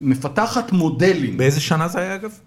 מפתחת מודלים. באיזה שנה זה היה אגב?